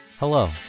Hello